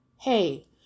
hey